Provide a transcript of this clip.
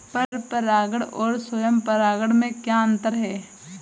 पर परागण और स्वयं परागण में क्या अंतर है?